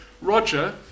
Roger